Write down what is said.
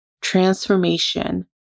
transformation